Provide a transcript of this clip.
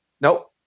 Nope